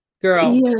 Girl